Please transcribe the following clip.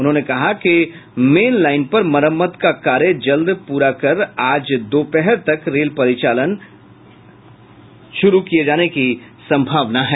उन्होंने कहा कि मेन लाइन पर मरम्मत का कार्य जल्द पूरा कर आज दोपहर तक रेल परिचालन समान्य होने की संभावना है